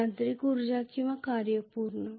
यांत्रिक ऊर्जा किंवा कार्य पूर्ण